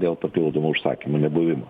dėl papildomų užsakymų nebuvimo